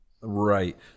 right